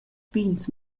pigns